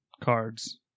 cards